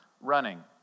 running